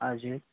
हजुर